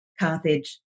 Carthage